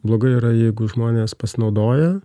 blogai yra jeigu žmonės pasinaudoja